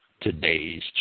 today's